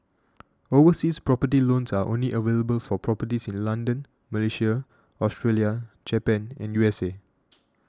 overseas property loans are only available for properties in London Malaysia Australia Japan and U S A